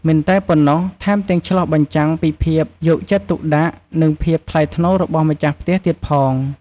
មិនតែប៉ុណ្ណោះថែមទាំងឆ្លុះបញ្ចាំងពីភាពយកចិត្តទុកដាក់ និងភាពថ្លៃថ្នូររបស់ម្ចាស់ផ្ទះទៀតផង។